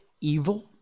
evil